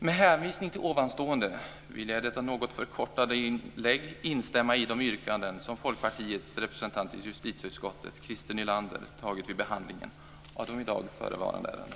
Med hänvisning till det anförda vill jag med detta något förkortade inlägg instämma i det Folkpartiets representant i justitieutskottet, Christer Nylander, yrkat vid behandlingen av de i dag förevarande ärendena.